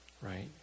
right